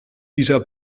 dieser